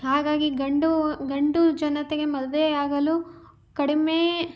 ಹಾಗಾಗಿ ಗಂಡು ಗಂಡು ಜನತೆಗೆ ಮದುವೆಯಾಗಲೂ ಕಡಿಮೆ